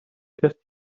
test